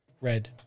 red